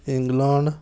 England